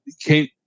came